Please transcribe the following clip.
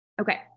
okay